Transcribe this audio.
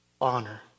honor